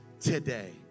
today